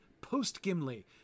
post-Gimli